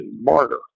martyr